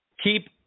Keep